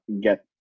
get